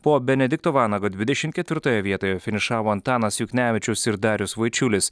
po benedikto vanago dvidešim ketvirtoje vietoje finišavo antanas juknevičius ir darius vaičiulis